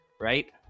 right